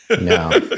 No